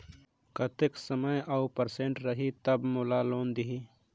कतेक समय और परसेंट रही तब मोला लोन देही?